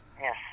Yes